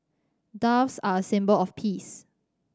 doves are a symbol of peace